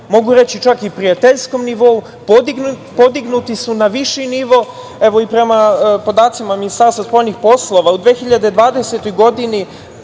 mogu reći čak i prijateljskom nivou, podignuti su na viši nivo. Evo i prema podacima Ministarstva spoljnih poslova u 2020. godini,